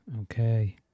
okay